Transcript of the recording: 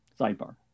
sidebar